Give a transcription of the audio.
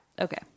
Okay